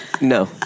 No